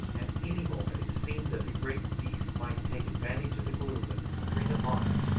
at any moment it seemed that the great beast might take advantage of the gloom and spring upon us,